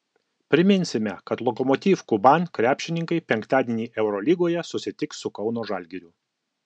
priminsime kad lokomotiv kuban krepšininkai penktadienį eurolygoje susitiks su kauno žalgiriu